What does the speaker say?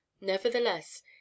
Nevertheless